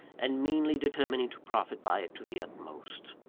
and meanly determining to profit by it to the utmost.